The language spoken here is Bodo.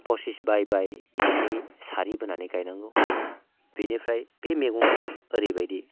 पसिस बाय बिदिहाय सारि बोनानै गायनांगौ बेनिफ्राय बे मैगंखौ ओरैबायदि